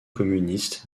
communiste